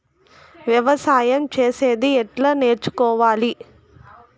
వ్యవసాయం చేసేది ఎట్లా నేర్చుకోవాలి?